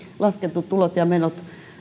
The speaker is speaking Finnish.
laskettu tulot ja menot